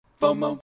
FOMO